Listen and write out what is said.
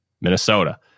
Minnesota